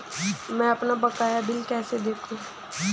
मैं अपना बकाया बिल कैसे देखूं?